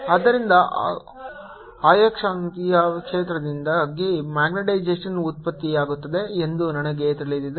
ಆದ್ದರಿಂದ ಆಯಸ್ಕಾಂತೀಯ ಕ್ಷೇತ್ರದಿಂದಾಗಿ ಮ್ಯಾಗ್ನೆಟೈಸೇಶನ್ ಉತ್ಪತ್ತಿಯಾಗುತ್ತದೆ ಎಂದು ನಮಗೆ ತಿಳಿದಿದೆ